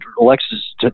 Alexis